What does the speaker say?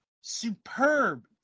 Superb